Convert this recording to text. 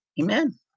Amen